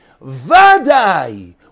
Vada'i